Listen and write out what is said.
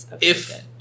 if-